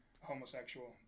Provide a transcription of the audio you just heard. homosexual